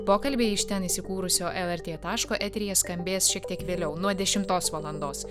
pokalbiai iš ten įsikūrusio lrt taško eteryje skambės šiek tiek vėliau nuo dešimtos valandos